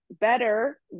better